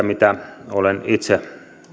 mitä olen itse